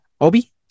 obi